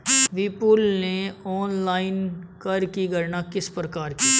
विपुल ने ऑनलाइन कर की गणना किस प्रकार की?